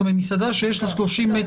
זאת אומרת מסעדה שיש לה 30 מטר?